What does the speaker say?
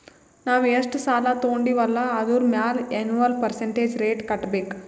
ನಾವ್ ಎಷ್ಟ ಸಾಲಾ ತೊಂಡಿವ್ ಅಲ್ಲಾ ಅದುರ್ ಮ್ಯಾಲ ಎನ್ವಲ್ ಪರ್ಸಂಟೇಜ್ ರೇಟ್ ಕಟ್ಟಬೇಕ್